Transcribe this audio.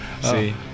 See